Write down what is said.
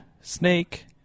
snake